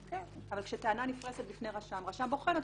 אבל כשטענה נפרסת בפני רשם, הרשם בוחן אותה.